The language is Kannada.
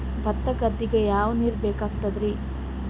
ಭತ್ತ ಗದ್ದಿಗ ಯಾವ ನೀರ್ ಬೇಕಾಗತದರೀ?